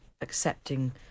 accepting